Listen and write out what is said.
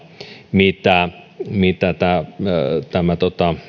mitä mitä tämä tämä